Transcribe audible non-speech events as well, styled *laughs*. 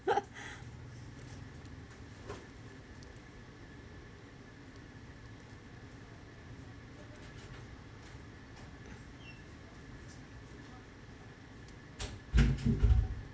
*laughs*